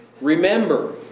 remember